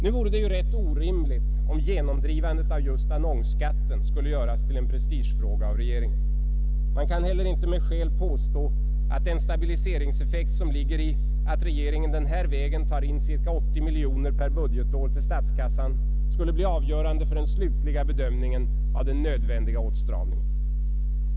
Nu vore det rätt orimligt, om genomdrivandet av just annonsskatten skulle göras till en prestigefråga av regeringen. Man kan heller inte med skäl påstå att den stabiliseringseffekt, som ligger i att regeringen den här vägen tar in ca 80 miljoner per budgetår till statskassan, skulle bli avgörande för den slutliga bedömningen av den nödvändiga åtstramningen.